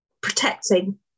protecting